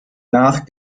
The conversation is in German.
nach